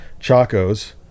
Chacos